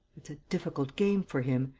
it's a difficult game for him.